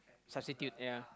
substitute ya